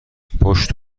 پشت